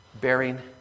Bearing